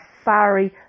fiery